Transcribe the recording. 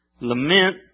Lament